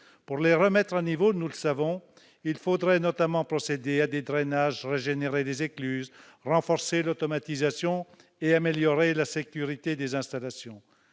Pour les remettre à niveau, nous le savons, il faudrait notamment procéder à des drainages, régénérer les écluses, renforcer l'automatisation et améliorer la sécurité des installations.